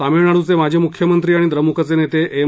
तामिळनाडूचे माजी मुख्यमंत्री आणि द्रमुकचे नेते एम